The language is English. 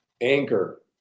anchor